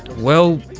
well,